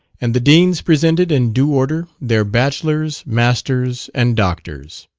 and the deans presented in due order their bachelors, masters and doctors.